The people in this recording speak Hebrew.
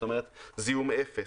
זאת אומרת זיהום אפס.